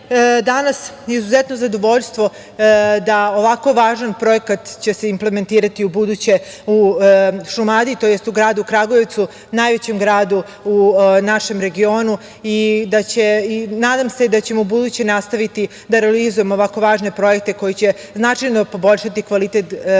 danas izuzetno zadovoljstvo da će se ovako važan projekat implementirati ubuduće u Šumadiji, tj. u gradu Kragujevcu, najvećem gradu u našem regionu. Nadam se da ćemo ubuduće nastaviti da realizujemo ovako važne projekte koji će značajno poboljšati kvalitet građana,